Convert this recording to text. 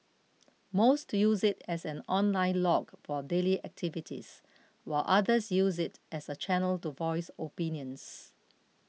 most use it as an online log for daily activities while others use it as a channel to voice opinions